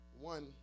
One